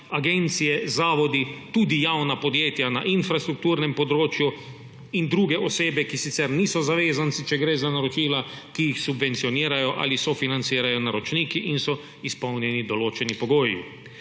agencije, zavodi, tudi javna podjetja na infrastrukturnem področju in druge osebe, ki sicer niso zavezanci, če gre za naročila, ki jih subvencionirajo ali sofinancirajo naročniki, in so izpolnjeni določeni pogoji.